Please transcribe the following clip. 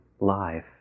life